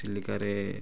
ଚିଲିକାରେ